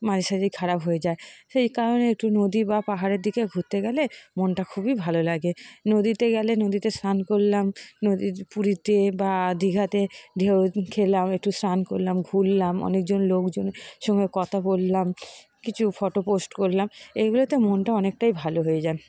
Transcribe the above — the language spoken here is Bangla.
মাঝেসাঝেই খারাপ হয়ে যায় সেই কারণে একটু নদী বা পাহাড়ের দিকে ঘুরতে গেলে মনটা খুবই ভালো লাগে নদীতে গেলে নদীতে স্নান করলাম নদীর পুরীতে বা দীঘাতে ঢেউ খেলাম একটু স্নান করলাম ঘুরলাম অনেকজন লোকজনের সঙ্গে কথা বললাম কিছু ফটো পোস্ট করলাম এইগুলোতে মনটা অনেকটাই ভালো হয়ে যায়